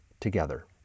together